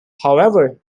however